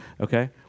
okay